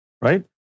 Right